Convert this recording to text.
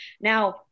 now